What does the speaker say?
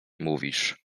mówisz